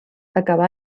acabà